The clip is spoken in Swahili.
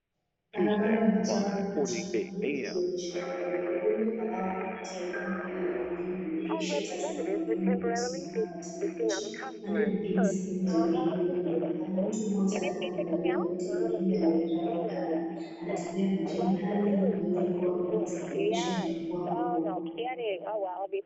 Barabara imejawa na maji mengi ikionyesha mafuriko. Viumbe kadhaa wanapita eneo hili lenye dimbwi. Rikshow tatu magurudumu imesimama kati ya maji. Pande mwingine, sehemu ya lori kubwa inaonekana. Mtu mmoja akiwa amevalia koti la kinga lenye rangi kali anatembea majini. Hali hii inaweza kuwa imesababishwa na mvua kubwa.